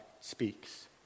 speaks